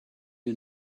you